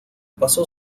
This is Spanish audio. pasó